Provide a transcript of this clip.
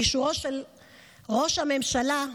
באישורו של ראש הממשלה,